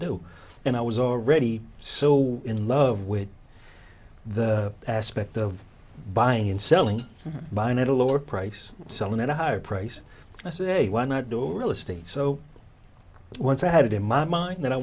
do and i was already so in love with the aspect of buying and selling buying at a lower price selling at a higher price i say we're not doing real estate so once i had it in my mind that i